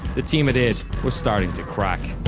the team at it was starting to crack.